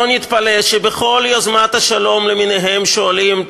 לא נתפלא שבכל יוזמות השלום למיניהן שעולות,